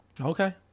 Okay